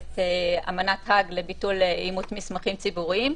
אמנת האג לביטול אימות מסמכים ציבוריים,